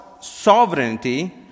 sovereignty